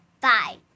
Bye